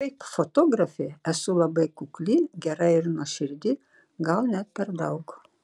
kaip fotografė esu labai kukli gera ir nuoširdi gal net per daug